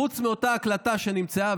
וחוץ מאותה הקלטה שנמצאה,